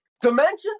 Dimensions